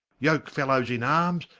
yokefellowes in armes,